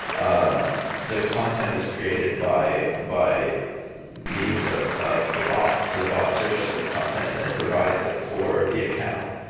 um the content is created by by means of of the bots. so the bots searches for the content and then provides it for the account.